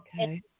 Okay